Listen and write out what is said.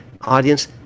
audience